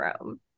Rome